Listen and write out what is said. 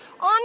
on